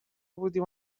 بودیم